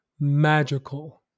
magical